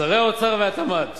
שרי האוצר והתמ"ת